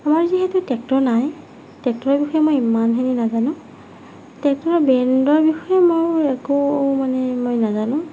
আমাৰ যিহেতু ট্ৰেক্টৰ নাই ট্ৰেক্টৰৰ বিষয়ে মই ইমানখিনি নাজানো ট্ৰেক্টৰৰ ব্ৰেণ্ডৰ বিষয়ে মই একো মানে মই নাজানো